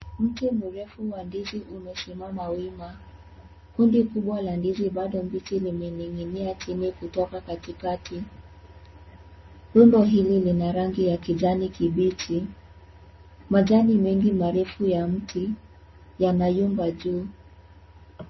Mti mrefu wa ndizi umesimama wima. Kundi kubwa la ndizi bado mbichi limening'inia chini kutoka katikati. Rundo hili lina rangi ya kijani kibichi. Majani mengi marefu ya mti yanayumba juu.